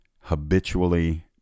habitually